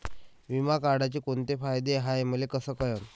बिमा काढाचे कोंते फायदे हाय मले कस कळन?